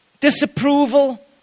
disapproval